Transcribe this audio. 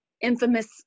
infamous